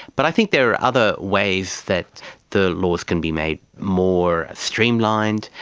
but i think there are other ways that the laws can be made more streamlined.